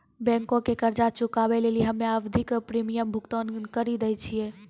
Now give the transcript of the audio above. बैंको के कर्जा चुकाबै लेली हम्मे आवधिक प्रीमियम भुगतान करि दै छिये